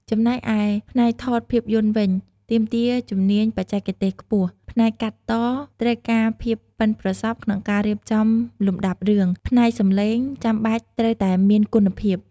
ចំណែកឯ ផ្នែកថតភាពយន្តវិញ ទាមទារជំនាញបច្ចេកទេសខ្ពស់ ផ្នែកកាត់ត ត្រូវការភាពប៉ិនប្រសប់ក្នុងការរៀបចំលំដាប់រឿង ផ្នែកសំឡេង ចាំបាច់ត្រូវតែមានគុណភាព។